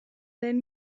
lehen